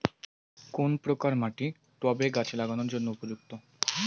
কোন প্রকার মাটি টবে গাছ লাগানোর জন্য উপযুক্ত?